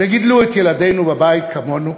וגידלו את ילדינו בבית כמונו,